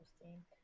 Interesting